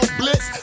blitz